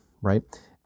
right